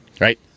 right